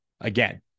Again